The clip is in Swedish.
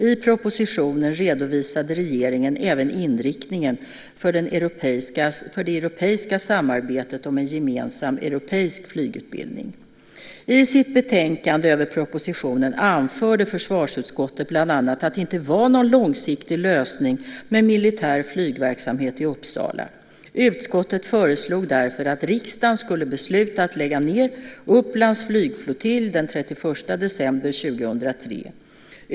I propositionen redovisade regeringen även inriktningen för det europeiska samarbetet om en gemensam europeisk flygutbildning. I sitt betänkande över propositionen anförde försvarsutskottet bland annat att det inte var någon långsiktig lösning med militär flygverksamhet i Uppsala. Utskottet föreslog därför att riksdagen skulle besluta att lägga ned Upplands flygflottilj den 31 december 2003.